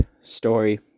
story